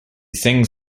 sings